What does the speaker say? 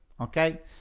Okay